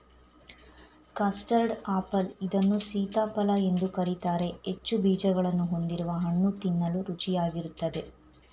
custard apple ಇದನ್ನು ಸೀತಾಫಲ ಎಂದು ಕರಿತಾರೆ ಹೆಚ್ಚು ಬೀಜಗಳನ್ನು ಹೊಂದಿರುವ ಹಣ್ಣು ತಿನ್ನಲು ರುಚಿಯಾಗಿರುತ್ತದೆ